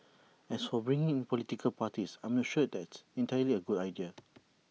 as for bringing in political parties I'm not sure that's entirely A good idea